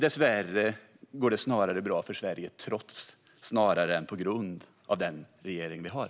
Dessvärre går det bra för Sverige trots snarare än på grund av den regering vi har.